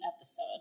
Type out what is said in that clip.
episode